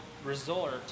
Resort